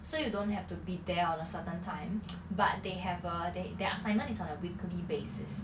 so you don't have to be there on a certain time but they have a they their assignment is on a weekly basis